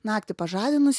naktį pažadinus